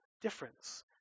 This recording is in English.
difference